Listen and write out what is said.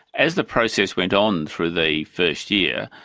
as the process went on through the first year,